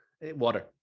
Water